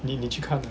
你你去看